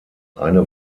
eine